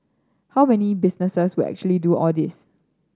how many businesses will actually do all this